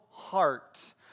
heart